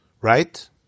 Right